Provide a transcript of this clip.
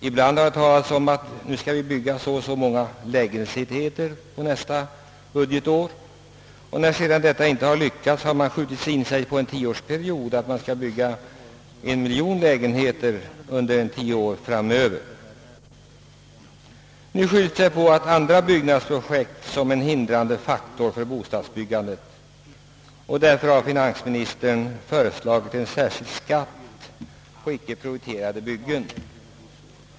Ibland har det talats om att det skall byggas så och så många lägenheter till nästa budgetår, och när detta sedan inte lyckas, har man skjutit in sig på en tioårsperiod — man skall bygga en miljon lägenheter under tio år framöver. Nu skylls det på andra byggnadsprojekt som en hindrande faktor för bostadsbyggandet. Finansministern har därför föreslagit en särskild skatt på icke prioriterade byggen.